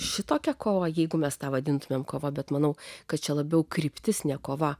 šitokią kovą jeigu mes tą vadintumėm kova bet manau kad čia labiau kryptis ne kova